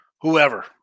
whoever